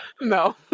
no